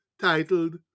titled